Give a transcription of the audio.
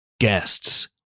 guests